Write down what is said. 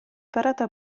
parata